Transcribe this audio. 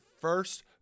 first